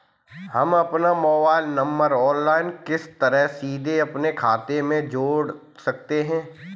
हम अपना mobile number online किस तरह सीधे अपने खाते में जोड़ सकते हैं?